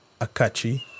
Akachi